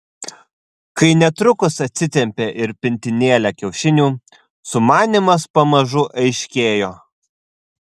kai netrukus atsitempė ir pintinėlę kiaušinių sumanymas pamažu aiškėjo